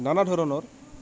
নানা ধৰণৰ